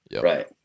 right